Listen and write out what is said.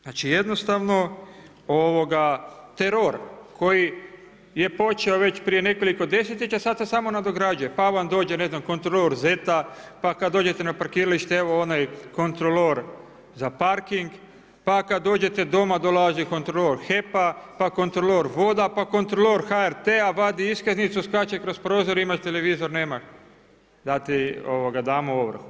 Znači jednostavno teror koji je počeo već prije nekoliko desetljeća sad se samo nadograđuje, pa vam dođe ne znam kontrolor ZET-a, pa kad dođete na parkiralište evo onaj kontrolor za parking, pa kad dođete doma dolazi kontrolom HEP-a, pa kontrolor voda, pa kontrolor HRT-a vadi iskaznicu, skače kroz prozor, imaš televizor, nemaš da ti damo ovrhu.